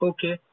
Okay